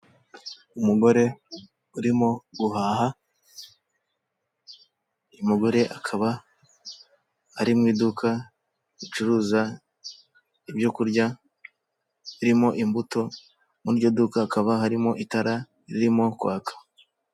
Umugore urimo guhaha, uyu umugore akaba ari mu iduka ricuruza ibyo kurya birimo imbuto muri iryo duka hakaba harimo itara ririmo kwaka.